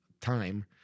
time